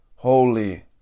Holy